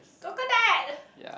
coconut